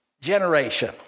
generation